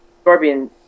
Scorpion